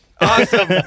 Awesome